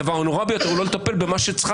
הדבר הנורא ביותר הוא לא לטפל במה שצריך